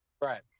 Right